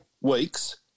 weeks